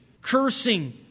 cursing